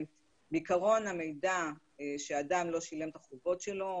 בעיקרון המידע שאדם לא שילם את החובות שלו,